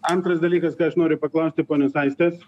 antras dalykas ką aš noriu paklausti ponios aistės